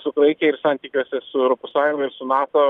su graikija ir santykiuose su europos sąjunga ir su nato